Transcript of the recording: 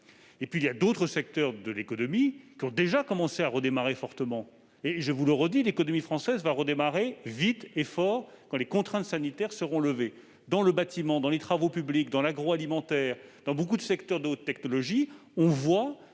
Et puis, il y a d'autres secteurs de l'économie qui ont déjà commencé à redémarrer fortement. Encore une fois, l'économie française va redémarrer vite et fort quand les contraintes sanitaires seront levées. Dans le bâtiment, dans les travaux publics, dans l'agroalimentaire, dans beaucoup de secteurs de haute technologie, nous